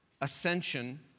ascension